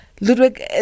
Ludwig